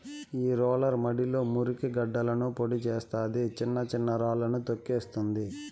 ఈ రోలర్ మడిలో మురికి గడ్డలను పొడి చేస్తాది, చిన్న చిన్న రాళ్ళను తోక్కేస్తుంది